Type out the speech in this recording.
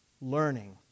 learning